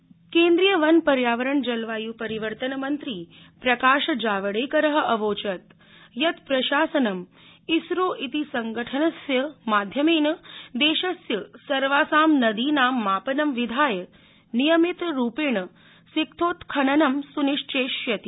जावडेकर केन्द्रीय वन पर्यावरण जलवायु परिवर्तन मन्त्री प्रकाशजावड़ेकर अवोचत् यत् प्रशासनं इसरो इति संघटनस्य माध्यमेन देशस्य सर्वासां नदीनां मापनं विधाय नियमित रूपेण सिक्थोत्खननं सुनिश्चेष्यति